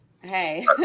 hey